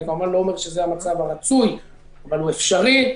אני כמובן לא אומר שזה המצב הרצוי אבל הוא אפשרי.